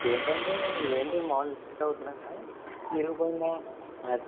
ఏంటండి ఇది మాములుగా లీక్ అవుతున్నాయా విరిగిపోయిందా